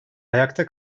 ayakta